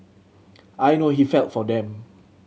I know he felt for them